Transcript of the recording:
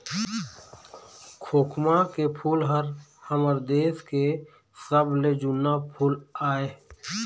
खोखमा के फूल ह हमर देश के सबले जुन्ना फूल आय